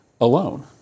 alone